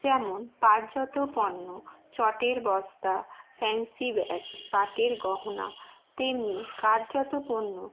যেমন পাটজাত পণ্য চটের বস্তা ফ্যান্সি ব্যাগ পাটের গহনা তেমনি কাঠজাত পণ্য